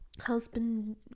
husband